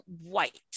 white